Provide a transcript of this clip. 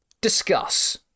discuss